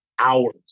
hours